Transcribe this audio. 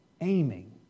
aiming